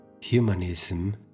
humanism